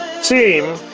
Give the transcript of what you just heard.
Team